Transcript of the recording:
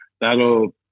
that'll